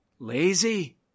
Lazy